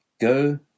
Go